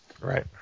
Right